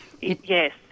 Yes